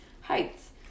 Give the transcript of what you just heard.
heights